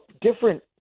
different